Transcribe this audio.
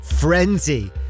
frenzy